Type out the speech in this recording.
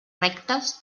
rectes